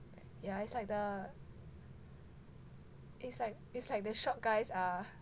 ya it's like the it's like it's like the short guys are